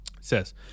says